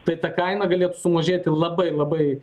tai ta kaina galėtų sumažėti labai labai